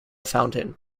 fountain